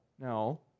no